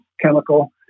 chemical